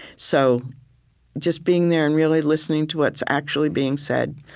so just being there and really listening to what's actually being said,